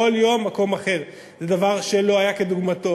כל יום מקום אחר, זה דבר שלא היה כדוגמתו.